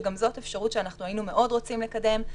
שגם זאת אפשרות שהיינו מאוד רוצים לקדם.